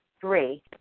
Three